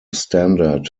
standard